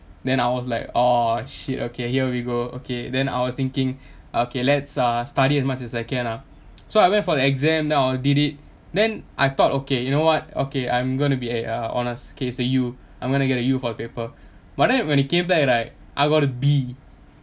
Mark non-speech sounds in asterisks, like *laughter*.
then I was like oh shit okay here we go okay then I was thinking *breath* okay let's uh study as much as I can lah so I went for the exam then I'll did it then I thought okay you know what okay I'm gonna be eh uh honest okay so U I'm gonna get a U for the paper but then when it came back right I got a B